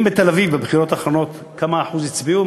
אם בתל-אביב בבחירות האחרונות, כמה אחוזים הצביעו?